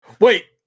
Wait